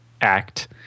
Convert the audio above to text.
Act